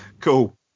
cool